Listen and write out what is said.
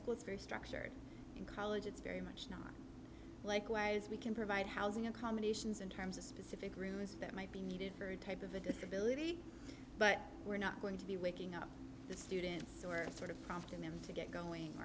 it's very structured in college it's very much not likewise we can provide housing accommodations in terms of specific rooms that might be needed for a type of a disability but we're not going to be waking up the students or sort of prompting them to get going